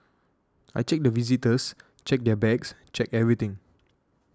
I check the visitors check their bags check everything